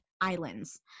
islands